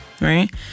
right